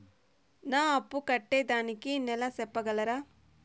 నా అప్పు కట్టేదానికి నెల సెప్పగలరా?